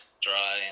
dry